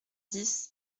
dix